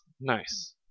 Nice